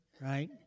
right